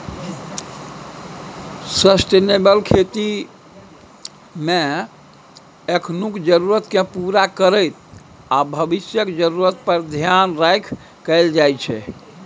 sustainable खेतीमे एखनुक जरुरतकेँ पुरा करैत आ भबिसक जरुरत पर धेआन राखि कएल जाइ छै